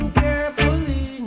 carefully